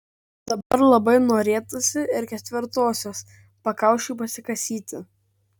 dabar labai norėtųsi ir ketvirtosios pakaušiui pasikasyti